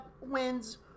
wins